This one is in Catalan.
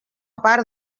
part